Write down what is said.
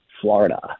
Florida